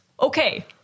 Okay